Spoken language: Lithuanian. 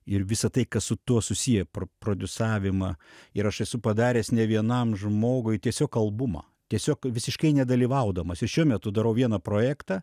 ir visa tai kas su tuo susiję prodiusavimą ir aš esu padaręs ne vienam žmogui tiesiog albumą tiesiog visiškai nedalyvaudamas ir šiuo metu darau vieną projektą